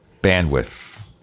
bandwidth